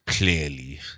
Clearly